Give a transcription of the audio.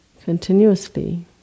continuously